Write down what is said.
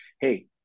Hey